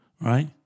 right